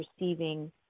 receiving